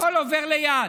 הכול עובר ליד.